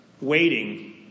waiting